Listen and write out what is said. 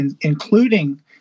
including